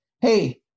hey